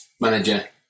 manager